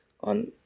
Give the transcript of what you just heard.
on